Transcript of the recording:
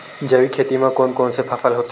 जैविक खेती म कोन कोन से फसल होथे?